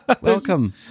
Welcome